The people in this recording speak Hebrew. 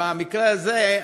במקרה הזה,